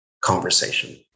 conversation